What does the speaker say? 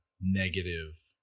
negative